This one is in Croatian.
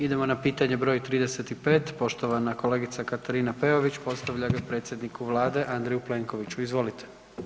Idemo na pitanje br. 35. poštovana kolegica Katarina Peović postavlja ga predsjedniku vlade Andreju Plenkoviću, izvolite.